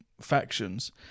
factions